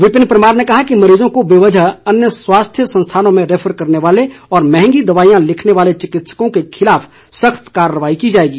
विपिन परमार ने कहा कि मरीजों को बेवजह अन्य स्वास्थ्य संस्थानों में रैफर करने वाले और मंहगी दवाईयां लिखने वाले चिकित्सकों के खिलाफ सख्त कार्रवाई की जाएगी